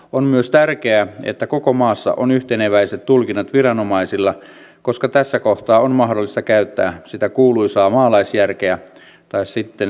on myös tärkeää että koko maassa on yhteneväiset tulkinnat viranomaisilla koska tässä kohtaa on mahdollista käyttää sitä kuuluisaa maalaisjärkeä tai sitten mielivaltaa